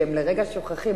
שהם לרגע שוכחים,